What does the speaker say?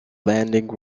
landing